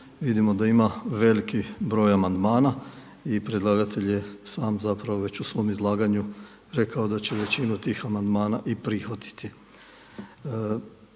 Vidimo da ima veliki broj amandmana i predlagatelj je sam zapravo već u svom izlaganju rekao da će većinu tih amandmana i prihvatiti.